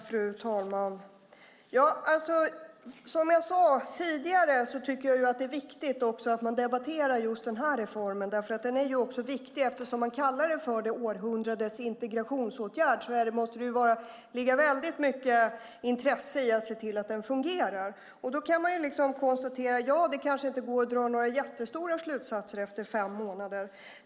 Fru talman! Som jag tidigare sagt är det viktigt att debattera just den här reformen. Den är viktig. Eftersom den kallas för århundrades integrationsåtgärd måste det finnas ett väldigt stort intresse för att se till att den fungerar. Man kan konstatera att det kanske inte går att dra så omfattande slutsatser efter fem månader.